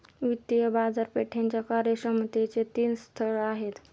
वित्तीय बाजारपेठेच्या कार्यक्षमतेचे तीन स्तर आहेत